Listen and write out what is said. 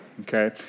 Okay